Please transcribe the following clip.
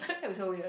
that was so weird